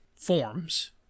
forms